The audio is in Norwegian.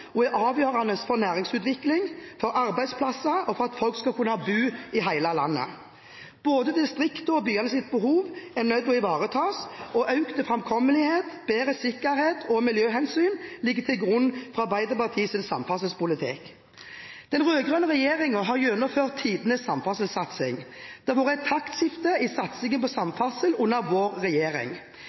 og er avgjørende for næringsutvikling, for arbeidsplasser og for at folk skal kunne bo i hele landet. Både distriktenes og byenes behov er nødt til å ivaretas. Økt framkommelighet, bedre sikkerhet og miljøhensyn ligger til grunn for Arbeiderpartiets samferdselspolitikk. Den rød-grønne regjeringen har gjennomført tidenes samferdselssatsing. Det har vært et taktskifte i satsingen på samferdsel under vår regjering.